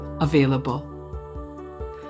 available